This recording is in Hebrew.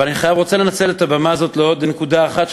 אבל אני רוצה לנצל את הבמה הזאת לעוד נקודה אחת,